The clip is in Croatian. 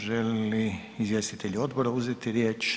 Želi li izvjestitelji odbora uzeti riječ?